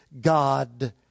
God